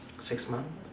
six months